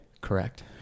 Correct